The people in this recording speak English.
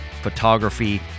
photography